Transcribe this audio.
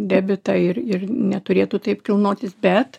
debitą ir ir neturėtų taip kilnotis bet